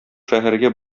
шәһәргә